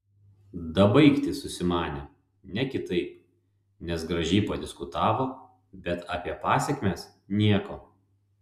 dabaigti susimanė ne kitaip nes gražiai padiskutavo bet apie pasekmes nieko